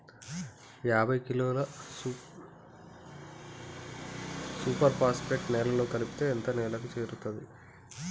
యాభై కిలోగ్రాముల super phosphate నేలలో కలిపితే ఎంత నేలకు చేరుతది?